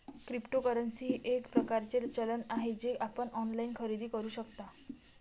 cryptocurrency हे एक प्रकारचे चलन आहे जे आपण ऑनलाइन खरेदी करू शकता